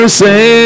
say